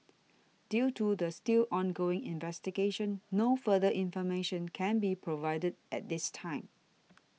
due to the still ongoing investigation no further information can be provided at this time